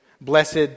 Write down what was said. Blessed